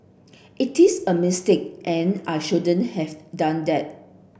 it is a mistake and I shouldn't have done that